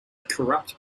corrupt